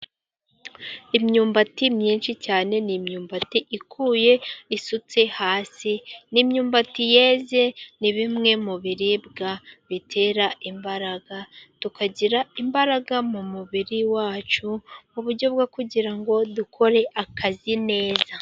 Imyumbati myinshi cyane, ni imyumbati ikuye isutse hasi, ni imyumbati yeze. Ni bimwe mu biribwa bitera imbaraga tukagira imbaraga mu mubiri wacu, mu buryo bwo kugira ngo dukore akazi neza.